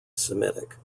semitic